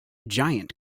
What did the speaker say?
giant